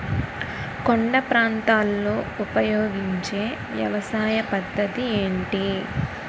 కొండ ప్రాంతాల్లో ఉపయోగించే వ్యవసాయ పద్ధతి ఏంటి?